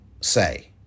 say